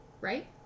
Right